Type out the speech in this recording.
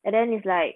and then is like